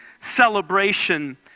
celebration